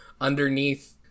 underneath